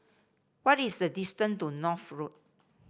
what is the distance to North Road